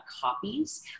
copies